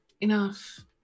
enough